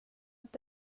att